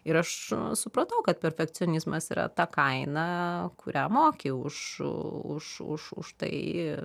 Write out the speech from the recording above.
ir aš supratau kad perfekcionizmas yra ta kaina kurią moki už už už užtai